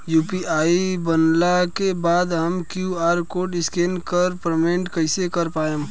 UPI बनला के बाद हम क्यू.आर कोड स्कैन कर के पेमेंट कइसे कर पाएम?